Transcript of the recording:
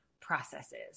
processes